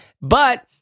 But-